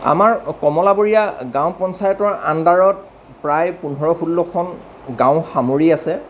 আমাৰ কমলাবৰীয়া গাঁও পঞ্চায়তৰ আণ্ডাৰত প্ৰায় পোন্ধৰ ষোল্লখন গাঁও সামৰি আছে